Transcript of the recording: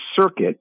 circuit